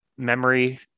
memory